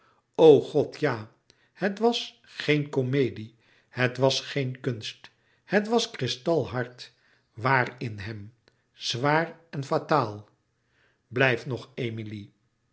god ja het was geen comedie het was geen kunst het was kristalhard waar in hem zwaar en fataal louis couperus metamorfoze blijf nog emilie